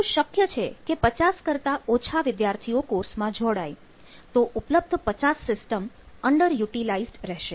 એવું શક્ય છે કે 50 કરતાં ઓછા વિદ્યાર્થીઓ કોર્સ માં જોડાય તો ઉપલબ્ધ 50 સિસ્ટમ અંડર યુટીલાઇઝ્ડ રહેશે